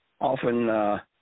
often